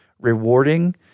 rewarding